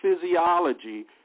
physiology